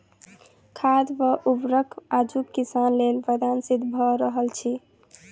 खाद वा उर्वरक आजुक किसान लेल वरदान सिद्ध भ रहल अछि